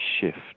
shift